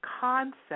concept